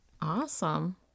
Awesome